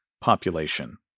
population